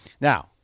Now